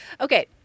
Okay